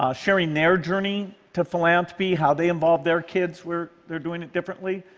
um sharing their journey to philanthropy, how they involve their kids, where they're doing it differently,